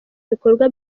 ibikorwa